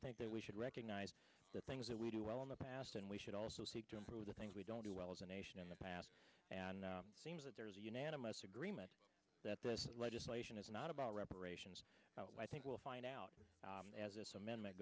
think that we should recognize the things that we do well in the past and we should also seek to improve the things we don't do well as a nation in the past and seems that there's a unanimous agreement that this legislation is not about reparations i think we'll find out as this amendment